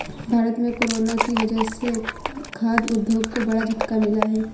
भारत में कोरोना की वजह से खाघ उद्योग को बड़ा झटका मिला है